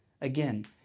Again